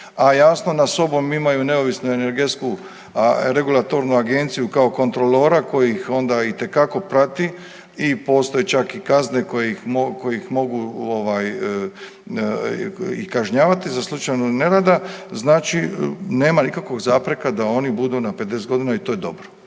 A jasno nad sobom imaju Neovisnu energetsku regulatornu agenciju kao kontrolora koji ih onda itekako prati i postoje čak i kazne kojim mogu kažnjavati za slučaj nerada, znači nema nikakvih zapreka da oni budu na 50 godina i to je dobro.